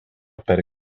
per